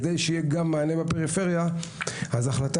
כדי שיהיה גם --- בפריפריה אז ההחלטה